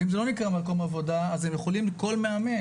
ואם זה לא נקרא מקום עבודה, אז הם יכולים כל מאמן